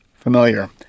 Familiar